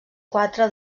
quatre